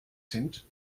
sind